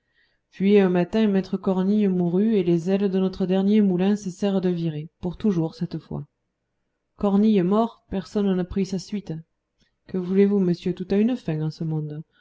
puis un matin maître cornille mourut et les ailes de notre dernier moulin cessèrent de virer pour toujours cette fois cornille mort personne ne prit sa suite que voulez-vous monsieur tout a une fin en ce monde